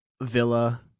villa